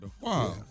Wow